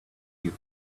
you